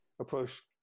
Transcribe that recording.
approach